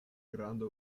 granda